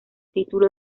título